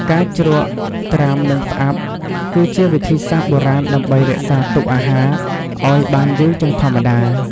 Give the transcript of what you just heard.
ការជ្រក់ ត្រាំ និងផ្អាប់ គឺជាវិធីសាស្ត្របុរាណដើម្បី រក្សាទុកអាហារ ឲ្យបានយូរជាងធម្មតា។